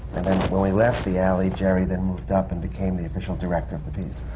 when we left the alley, jerry then moved up and became the official director of the piece.